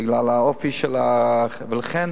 בגלל האופי, ולכן,